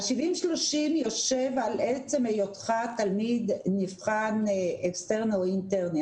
ה-70-30 יושב על עצם היותך תלמיד נבחן אקסטרני או אינטרני.